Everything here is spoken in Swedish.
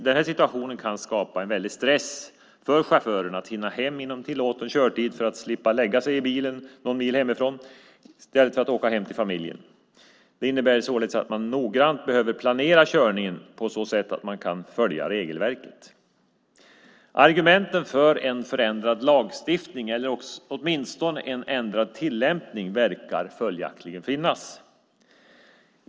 Denna situation kan skapa en väldig stress för chauffören att hinna hem inom tillåten körtid för att slippa lägga sig i bilen någon mil hemifrån i stället för att åka hem till familjen. Detta innebär således att man noggrant behöver planera körningen på så sätt att man kan följa regelverket. Argumenten för en förändrad lagstiftning, eller åtminstone en ändrad tillämpning, verkar följaktligen finnas.